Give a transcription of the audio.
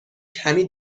کمی